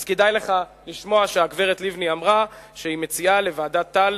אז כדאי לך לשמוע שהגברת לבני אמרה שהיא מציעה לוועדת-טל